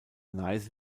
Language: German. neiße